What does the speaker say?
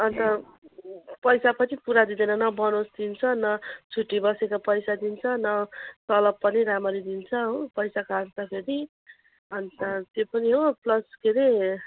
अन्त पैसा पछि पुरा दिँदैन न बनोस दिन्छ न छुट्टी बसेको पैसा दिन्छ न तलब पनि राम्ररी दिन्छ हो पैसा काट्छ फेरि अन्त त्यो पनि हो प्लस के अरे